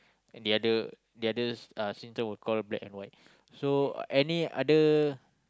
and the other the other uh symptom would call black and white so any other